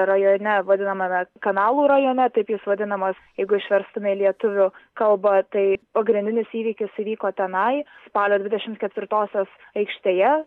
rajone vadinamame kanalų rajone taip jis vadinamas jeigu išverstume į lietuvių kalbą tai pagrindinis įvykis įvyko tenai spalio dvidešimt ketvirtosios aikštėje